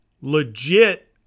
legit